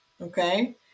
okay